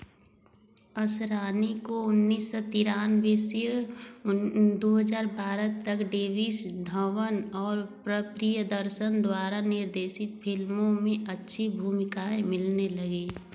असरानी को उन्नीस सौ तेरानवे से दो हज़ार बारह तक डेविड धवन और प्रियदर्शन द्वारा निर्देशित फिल्मों में अच्छी भूमिकाएँ मिलने लगीं